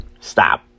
Stop